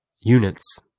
Units